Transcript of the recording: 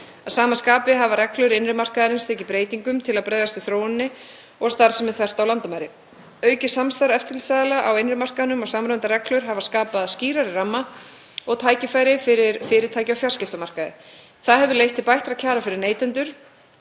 Að sama skapi hafa reglur innri markaðarins tekið breytingum til að bregðast við þróuninni og starfsemi þvert á landamæri. Aukið samstarf eftirlitsaðila á innri markaðnum og samræmdar reglur hafa skapað skýrari ramma og tækifæri fyrir fyrirtæki á fjarskiptamarkaði. Það hefur leitt til bættra kjara fyrir neytendur,